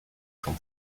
from